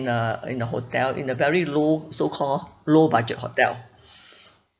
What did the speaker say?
in a in a hotel in a very low so-called low budget hotel